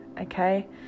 okay